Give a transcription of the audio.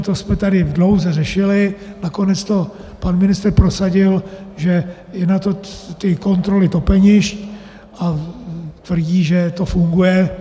To jsme tady dlouze řešili, nakonec to pan ministr prosadil, že jsou na to ty kontroly topenišť, a tvrdí, že to funguje.